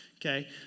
okay